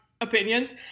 opinions